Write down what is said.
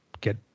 get